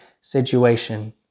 situation